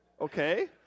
okay